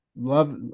Love